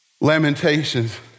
Lamentations